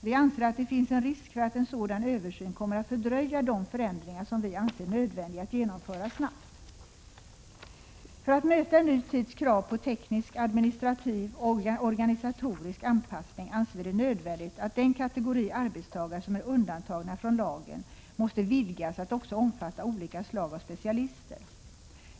Vi anser att det finns en risk för att en sådan översyn kommer att fördröja de förändringar som vi anser nödvändiga att genomföra snabbt. För att möta en ny tids krav på teknisk, administrativ och organisatorisk anpassning anser vi det nödvändigt att den kategori arbetstagare som är undantagna från lagen måste vidgas att också omfatta olika slag av specialister.